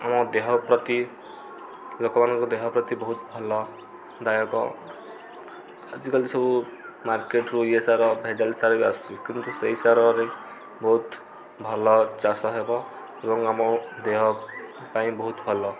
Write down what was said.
ଆମ ଦେହ ପ୍ରତି ଲୋକମାନଙ୍କ ଦେହ ପ୍ରତି ବହୁତ ଭଲ ଦାୟକ ଆଜିକାଲି ସବୁ ମାର୍କେଟ୍ରୁ ଇଏ ସାର ବେଜାଲ୍ ସାର ବି ଆସୁଛି କିନ୍ତୁ ସେଇ ସାରରେ ବହୁତ ଭଲ ଚାଷ ହେବ ଏବଂ ଆମ ଦେହ ପାଇଁ ବହୁତ ଭଲ